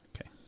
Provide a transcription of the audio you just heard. Okay